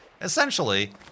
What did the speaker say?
Essentially